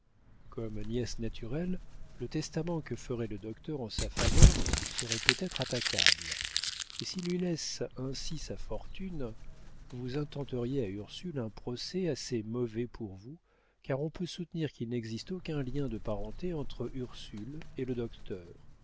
comme nièce naturelle le testament que ferait le docteur en sa faveur serait peut-être attaquable et s'il lui laisse ainsi sa fortune vous intenteriez à ursule un procès assez mauvais pour vous car on peut soutenir qu'il n'existe aucun lien de parenté entre ursule et le docteur